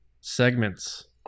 segments